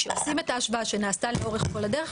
כשעושים את ההשוואה שנעשתה לאורך כל הדרך,